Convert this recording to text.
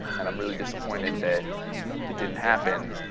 and i'm really disappointed that it didn't happen,